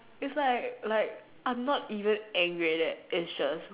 it's like like I'm not even angry at that action